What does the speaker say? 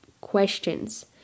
questions